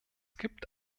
gibt